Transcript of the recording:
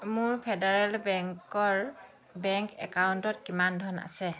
মোৰ ফেডাৰেল বেংকৰ বেংক একাউণ্টত কিমান ধন আছে